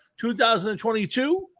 2022